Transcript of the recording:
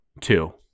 Two